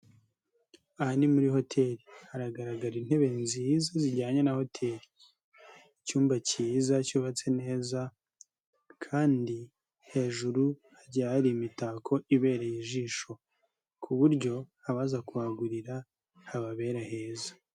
Aha ni muri hoteli haragaragara intebe nziza zijyanye na hoteli. Icyumba cyiza cyubatse neza kandi hejuru hagiye hari imitako ibereye ijisho, ku buryo abaza kuhagurira hababera heza.